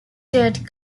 dirt